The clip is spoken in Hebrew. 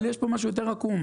אבל יש פה משהו יותר עקום,